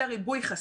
זה ריבוי חשיפה.